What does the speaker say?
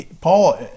Paul